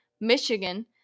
Michigan